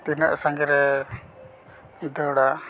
ᱛᱤᱱᱟᱹᱜ ᱥᱟᱺᱜᱤᱧ ᱨᱮ ᱫᱟᱹᱲᱟ